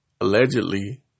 allegedly